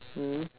mm